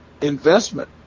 investment